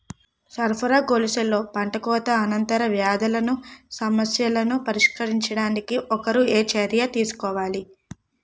సరఫరా గొలుసులో పంటకోత అనంతర వ్యాధుల సమస్యలను పరిష్కరించడానికి ఒకరు ఏ చర్యలు తీసుకోవాలి?